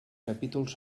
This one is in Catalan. capítols